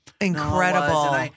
incredible